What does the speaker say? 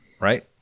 right